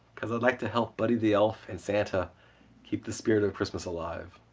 cuz i'd like to help buddy the elf and santa keep the spirit of christmas alive!